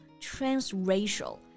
transracial